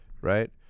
right